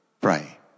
pray